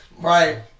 Right